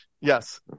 yes